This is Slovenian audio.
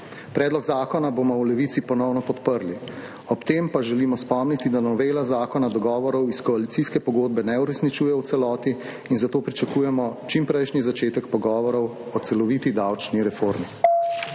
Predlog zakona bomo v Levici ponovno podprli, ob tem pa želimo spomniti, da novela zakona dogovorov iz koalicijske pogodbe ne uresničuje v celoti in zato pričakujemo čimprejšnji začetek pogovorov o celoviti davčni reformi.